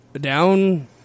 down